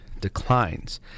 declines